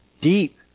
deep